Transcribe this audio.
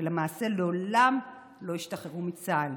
שלמעשה לעולם לא ישתחררו מצה"ל.